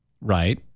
Right